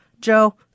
Joe